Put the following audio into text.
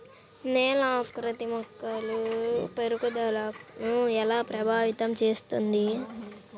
నేల ఆకృతి మొక్కల పెరుగుదలను ఎలా ప్రభావితం చేస్తుంది?